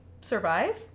survive